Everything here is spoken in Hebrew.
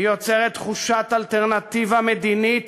היא יוצרת תחושת אלטרנטיבה מדינית